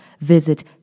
visit